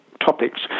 topics